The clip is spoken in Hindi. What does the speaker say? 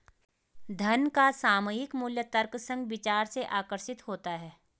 धन का सामयिक मूल्य तर्कसंग विचार से आकर्षित होता है